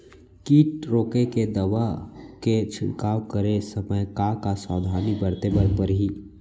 किट रोके के दवा के छिड़काव करे समय, का का सावधानी बरते बर परही?